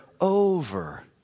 over